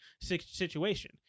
situation